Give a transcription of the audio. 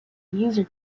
user